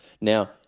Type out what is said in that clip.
Now